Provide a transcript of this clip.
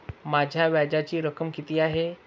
माझ्या व्याजाची रक्कम किती आहे?